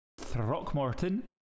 Throckmorton